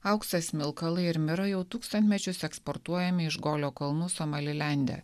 auksas smilkalai ir mira jau tūkstantmečius eksportuojami iš golio kalnų somalilende